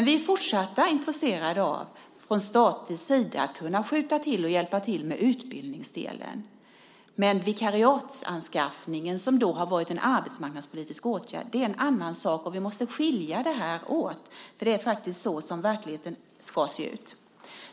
Vi är fortsatt intresserade av att från statlig sida kunna skjuta till medel och att hjälpa till med utbildningsdelen, men vikariatsanskaffningen, som har varit en arbetsmarknadspolitisk åtgärd, är en annan sak. Vi måste skilja de här sakerna åt, för det är faktiskt så som verkligheten ska se ut.